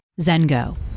Zengo